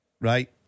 right